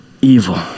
evil